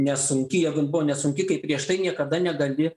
nesunki jeigu jin buvo nesunki kai prieš tai niekada negali